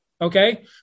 Okay